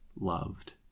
loved